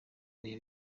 bihe